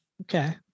Okay